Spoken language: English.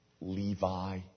Levi